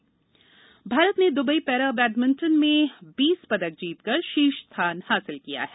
para-badminton Bharat ने Dubai para badminton में बीस पदक जीतकर शीर्ष स्थान हासिल किया है